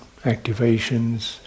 activations